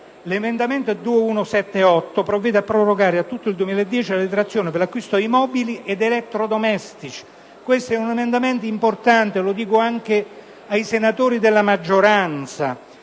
L'emendamento 2.178 provvede a prorogare a tutto il 2010 la detrazione per l'acquisto di mobili ed elettrodomestici. Questo è un emendamento importante - lo dico anche ai senatori della maggioranza